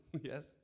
Yes